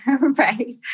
right